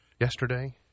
yesterday